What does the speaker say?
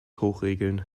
hochregeln